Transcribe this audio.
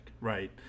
right